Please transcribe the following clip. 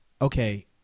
okay